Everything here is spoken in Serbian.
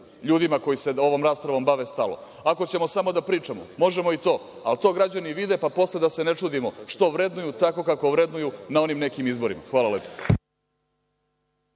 ljudima koji se ovom raspravom bave, stalo. Ako ćemo samo da pričamo možemo i to, ali to građani vide pa posle da se ne čudimo što vrednuju tako kako vrednuju na onim nekim izborima. Hvala lepo.